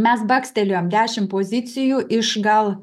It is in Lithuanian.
mes bakstelėjom dešim pozicijų iš gal